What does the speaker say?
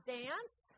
dance